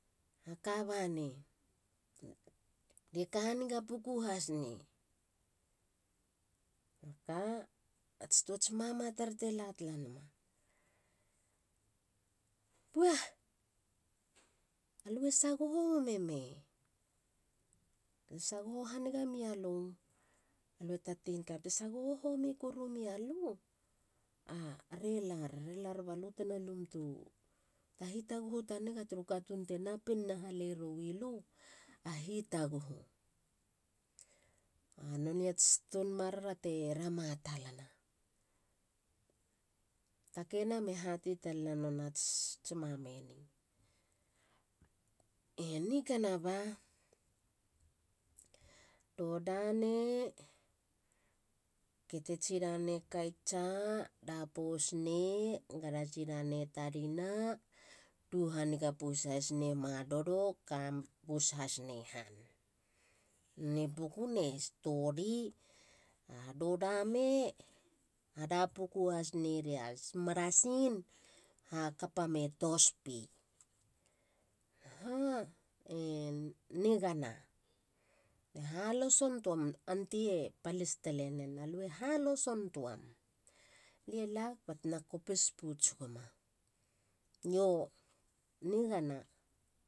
Hakabani. lie ka haniga ouku has nei beka ats tuats mama tr tela tala nama. puaah. alue sagoho wami mei? Te sagoho homi koru mi alu. a are lar. rela balu tena lum tu. ta hitaguhu ta niga turu katun te napin na halei rowilu a hitaguhu. ba nonei ats toun marara te rama talana. Takeina me hatei talena nonats mame ni. E nikana oba. do dane. kete tsilane kesa. lapouts ne. gara sirane tarina. tu haniga pos hasne madodo. kam. bus hasne han. Nonei pukune stori. doo dane ara puku has nerias marasin kapame tos. pi. Ha?E nigana. le haloson tuam. aunty palis talenen. alu haloson tuam. lie lag baa tena kopis pouts guma. do nigana